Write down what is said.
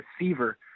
receiver